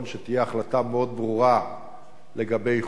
תהיה החלטה מאוד ברורה לגבי חוק טל.